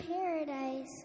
paradise